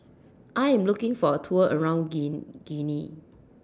I Am looking For A Tour around Guinea